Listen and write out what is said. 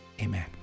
Amen